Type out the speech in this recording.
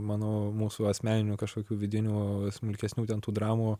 manau mūsų asmeninių kažkokių vidinių smulkesnių ten tų dramų